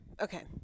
okay